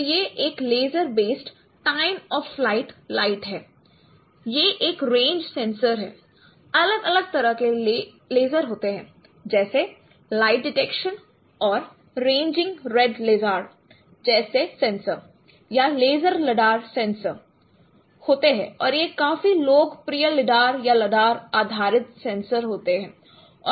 तो यह एक laser based time of flight light है यह एक रेंज सेंसर है अलग अलग तरह के लेज़र होते हैं जैसे लाइट डिटेक्शन और रेंजिग रेड लेज़र जैसे सेंसर या लेज़र लडार सेंसर होते हैं और ये काफी लोकप्रिय लिडार या लडार आधारित सेंसर होते हैं